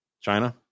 China